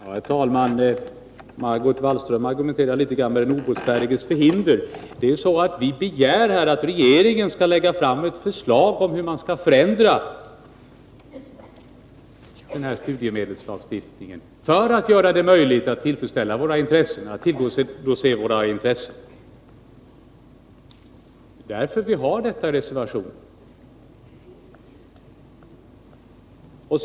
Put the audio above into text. Herr talman! Margot Wallström argumenterar litet grand med den obotfärdiges förhinder. Vi begär här att regeringen skall lägga fram ett förslag om hur man skall förändra denna studiemedelslagstiftning, för att göra det möjligt att tillgodose våra intressen. Därför har vi detta i reservationen.